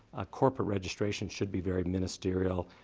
a corporate registration should be very ministerial.